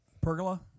pergola